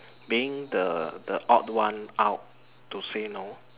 being the the odd one out to say no